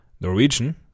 Norwegian